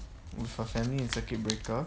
with her family in circuit breaker